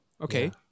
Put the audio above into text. Okay